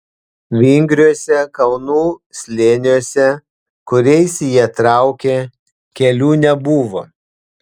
vingriuose kalnų slėniuose kuriais jie traukė kelių nebuvo